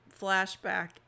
flashback